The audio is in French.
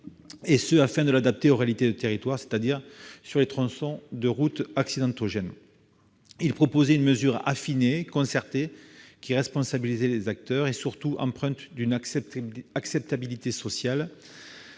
afin de l'adapter aux réalités des territoires, c'est-à-dire sur les tronçons de route accidentogènes. Il proposait une mesure affinée, concertée, responsabilisant les acteurs et, surtout, empreinte d'une acceptabilité sociale.